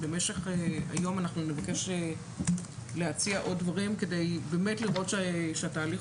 היום אנחנו נבקש להציע עוד דברים כדי באמת לראות שהתהליך